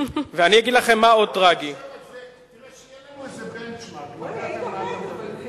כדי שיהיה לנו איזה benchmark כדי לדעת על מה אתה מדבר.